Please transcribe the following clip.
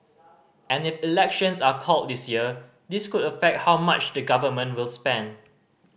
and if elections are called this year this could affect how much the Government will spend